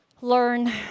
learn